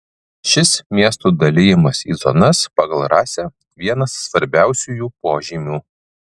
šis miestų dalijimas į zonas pagal rasę vienas svarbiausiųjų požymių